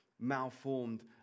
malformed